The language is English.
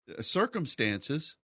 circumstances